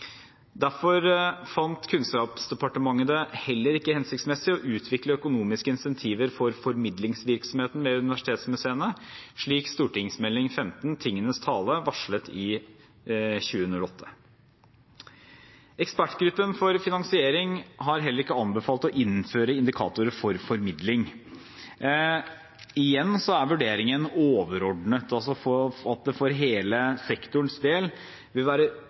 Derfor fant Kunnskapsdepartementet det heller ikke hensiktsmessig å utvikle økonomiske incentiver for formidlingsvirksomheten ved universitetsmuseene, slik St. Meld. nr. 15 for 2007–2008, Tingenes tale, varslet i 2008. Ekspertgruppen for finansiering har heller ikke anbefalt å innføre indikatorer for formidling. Igjen er vurderingen overordnet, altså at det for hele sektorens del ikke vil være